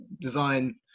design